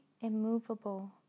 immovable